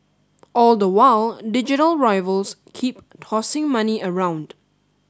all the while digital rivals keep tossing money around